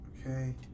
okay